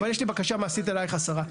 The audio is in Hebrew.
אבל יש לי בקשה מעשית אלייך, השרה.